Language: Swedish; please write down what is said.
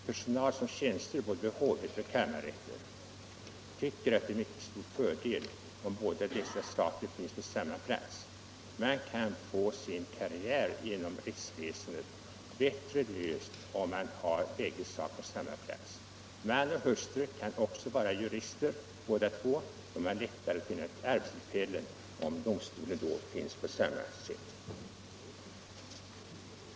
Personal som tjänstgör i både hovrätten och kammarrätten tycker att det är en mycket stor fördel om båda dessa domstolar ligger på samma ort. Juristerna kan lättare klara sin karriär om dessa domstolar ligger på samma plats. Man och hustru, som båda är jurister, har lättare att få anställning på samma ort, om där finns flera domstolar.